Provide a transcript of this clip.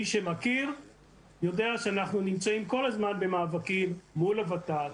מי שמכיר יודע שאנחנו נמצאים כל הזמן במאבקים מול ה-ות"ת,